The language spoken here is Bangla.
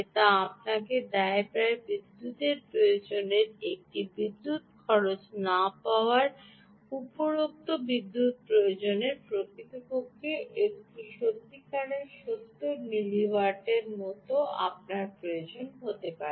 যা আপনাকে প্রায় বিদ্যুতের প্রয়োজনের একটি বিদ্যুৎ খরচ না পাওয়ার উপরোক্ত বিদ্যুতের প্রয়োজনের প্রকৃতপক্ষে এটি সত্যিকারের 70 মিলি ওয়াট বা এর মতো আপনার প্রয়োজন হতে পারে